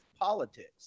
politics